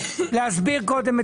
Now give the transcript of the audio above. נכון.